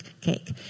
cake